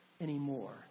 anymore